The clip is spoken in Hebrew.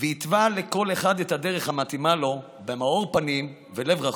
והתווה לכל אחד את הדרך המתאימה לו במאור פנים ולב רחום,